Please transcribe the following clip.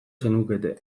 zenukete